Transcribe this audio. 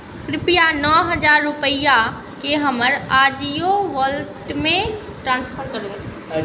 कृपया नओ हजार रूपैयआकेँ हमर आजिओ वॉलेटमे ट्रांसफर करू